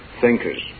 thinkers